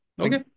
okay